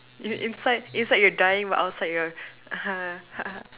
in in inside you're dying but outside you're ha ha ha